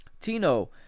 Tino